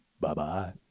Bye-bye